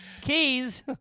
Keys